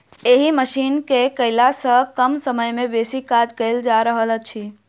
एहि मशीन केअयला सॅ कम समय मे बेसी काज कयल जा रहल अछि